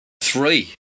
three